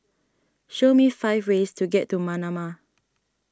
show me five ways to get to Manama